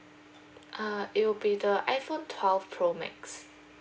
err it will be the iphone twelve pro max